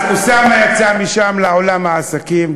אוסאמה יצא משם לעולם העסקים,